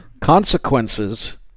consequences